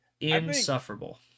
Insufferable